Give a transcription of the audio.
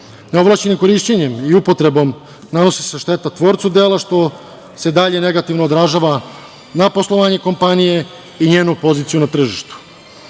Neovlašćenim korišćenjem i upotrebom nanosi se šteta tvorcu dela, što se dalje negativno održava na poslovanje kompanije i njenu poziciju na tržištu. Živimo